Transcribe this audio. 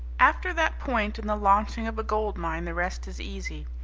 after that point in the launching of a gold mine the rest is easy.